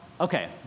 okay